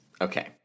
okay